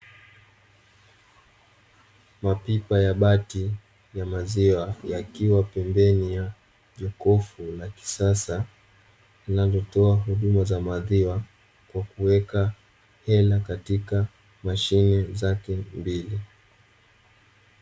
Mapipa ya bati ya maziwa, yakiwa pembeni ya jokofu la kisasa; linalotoa huduma za maziwa, kwa kuweka hela katika mashine zake mbili.